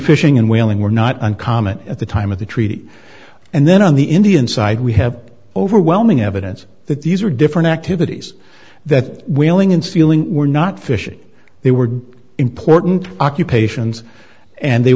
fishing and whaling were not uncommon at the time of the treaty and then on the indian side we have overwhelming evidence that these are different activities that willing and stealing were not fishing they were important occupations and they